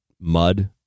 mud